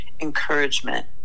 encouragement